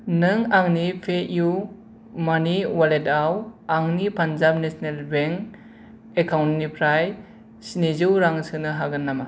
नों आंनि पेइउमानि अवालेटाव आंनि पान्जाब नेसनेल बेंक एकाउन्टनिफ्राय स्निजौ रां सोनो हागोन नामा